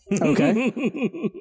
Okay